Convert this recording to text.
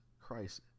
Christ